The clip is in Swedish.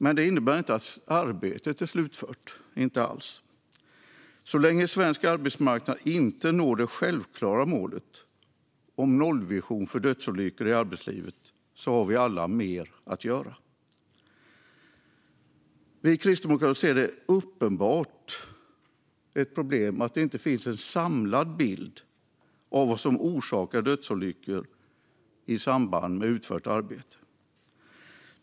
Men det innebär inte att arbetet är slutfört - inte alls. Så länge svensk arbetsmarknad inte når det självklara målet om en nollvision för dödsolyckor i arbetslivet har vi alla mer att göra. Vi kristdemokrater ser det uppenbara problemet att det inte finns någon samlad bild av vad som orsakar dödsolyckor i samband med utfört arbete.